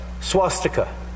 swastika